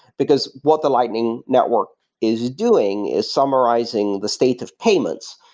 because what the lightning networks is doing is summarizing the state of payments,